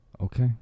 okay